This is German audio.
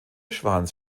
schwanz